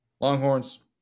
longhorns